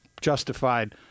justified